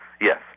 Yes